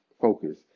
focus